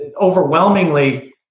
overwhelmingly